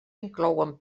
inclouen